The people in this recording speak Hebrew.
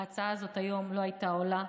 ההצעה הזאת היום לא הייתה עולה.